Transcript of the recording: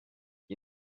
die